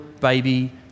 baby